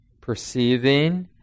perceiving